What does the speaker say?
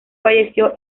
falleció